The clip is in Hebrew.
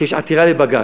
כשיש עתירה לבג"ץ,